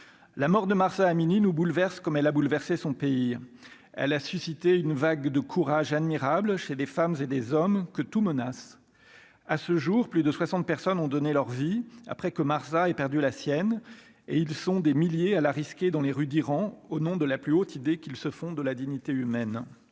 la mort de Mahsa Amini nous bouleverse, comme elle a bouleversé son pire elle a suscité une vague de courage admirable chez des femmes et des hommes que tout menace à ce jour plus de 60 personnes ont donné leur vie après que Marsa et perdu la sienne et ils sont des milliers à la risquer dans les rues d'Iran au nom de la plus haute idée qu'ils se font de la dignité humaine